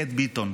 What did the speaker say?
שקד ביטון.